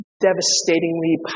devastatingly